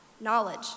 knowledge